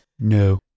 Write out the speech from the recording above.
No